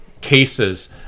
cases